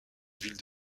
ville